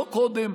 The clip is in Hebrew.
לא קודם,